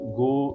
go